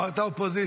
אמרת אופוזיציה.